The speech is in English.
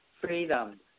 freedom